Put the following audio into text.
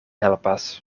helpas